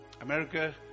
america